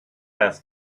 ask